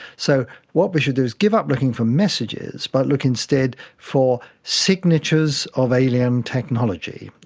so what we should do is give up looking for messages but look instead for signatures of alien technology.